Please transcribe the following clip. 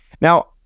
Now